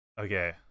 okay